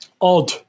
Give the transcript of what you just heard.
Odd